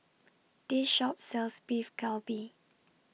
This Shop sells Beef Galbi